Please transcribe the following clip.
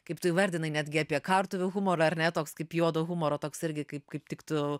kaip tu įvardinai netgi apie kartuvių humorą ar ne toks kaip juodo humoro toks irgi kaip kaip tiktų